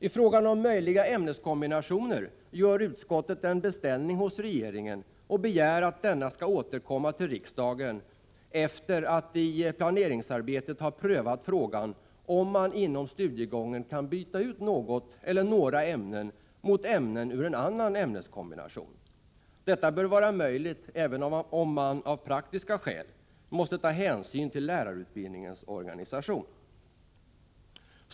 I frågan om möjliga ämneskombinationer gör utskottet en beställning hos regeringen och begär att denna skall återkomma till riksdagen efter att i planeringsarbetet ha prövat frågan om man inom studiegången kan byta ut något eller några ämnen mot ämnen ur en annan ämneskombination. Detta bör vara möjligt, även om man av praktiska skäl måste ta hänsyn till lärarutbildningens organisation.